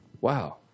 Wow